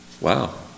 Wow